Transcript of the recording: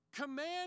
command